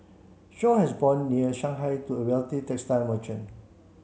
Shaw has born near Shanghai to a wealthy textile merchant